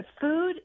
food